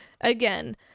Again